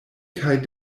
kaj